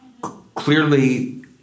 Clearly